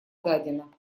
дадено